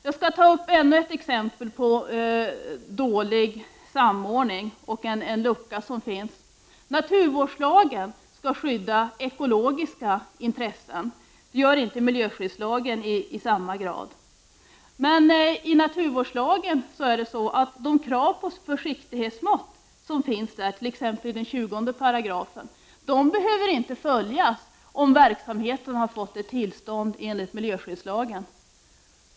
Jag skall ta upp ännu ett exempel på dålig samordning av lagstiftningen och på luckor som finns i den. Naturvårdslagen skall skydda ekologiska intressen. Det gör inte miljöskyddslagen i samma grad. Men de krav på försiktighetsmått som finns i naturvårdslagen, t.ex. i 20 §, behöver inte följas om det för verksamheten har utfärdats ett tillstånd enligt miljöskyddslagen.